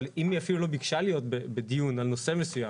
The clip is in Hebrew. אבל אם היא אפילו לא ביקשה להיות בדיון על נושא מסוים.